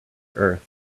earth